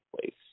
place